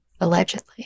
allegedly